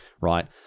right